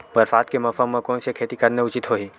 बरसात के मौसम म कोन से खेती करना उचित होही?